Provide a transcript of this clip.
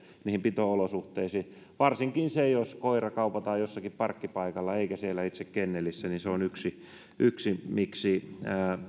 niihin pito olosuhteisiin pääsee etukäteen tutustumaan varsinkin se jos koiraa kaupataan jossakin parkkipaikalla eikä siellä itse kennelissä on yksi yksi miksi